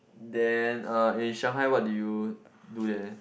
then uh in Shanghai what did you do there